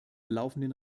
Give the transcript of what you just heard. laufenden